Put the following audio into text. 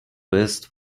best